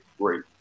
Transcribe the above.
great